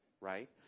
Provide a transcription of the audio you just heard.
right